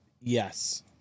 yes